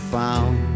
found